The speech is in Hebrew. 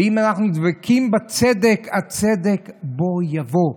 ואם אנחנו דבקים בצדק, הצדק בוא יבוא.